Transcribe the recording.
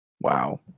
wow